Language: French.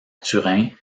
turin